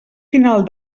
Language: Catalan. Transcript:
final